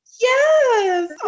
Yes